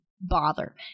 bother